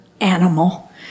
animal